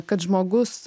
kad žmogus